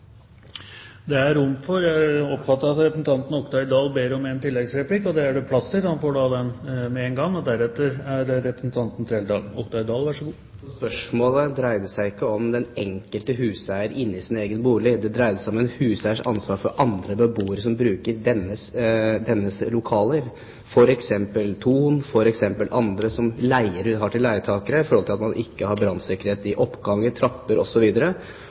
at representanten Oktay Dahl ber om en tilleggsreplikk. Det er det rom for, og han får den med en gang. Spørsmålet dreide seg ikke om den enkelte huseier inne i sin egen bolig. Det dreide seg om en huseiers ansvar for andre beboere som bruker dennes lokaler, f.eks. Thon eller andre som har leietakere, med tanke på at det ikke er brannsikkerhet i oppganger, trapper osv., og at man rett og slett risikerer at en del mennesker kan omkomme fordi huseier ikke har vært seg sitt ansvar bevisst og sørget for brannsikkerhet